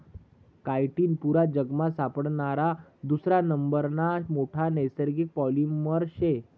chitin पुरा जगमा सापडणारा दुसरा नंबरना मोठा नैसर्गिक पॉलिमर शे